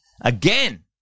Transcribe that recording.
Again